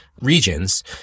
regions